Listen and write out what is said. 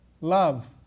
love